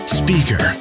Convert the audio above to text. speaker